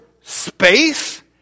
space